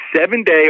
seven-day